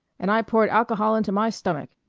and i poured alcohol into my stomach.